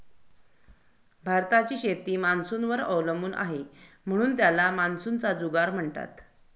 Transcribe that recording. भारताची शेती मान्सूनवर अवलंबून आहे, म्हणून त्याला मान्सूनचा जुगार म्हणतात